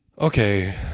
Okay